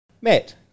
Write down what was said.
Matt